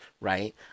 right